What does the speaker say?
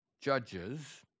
Judges